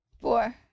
Four